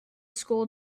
school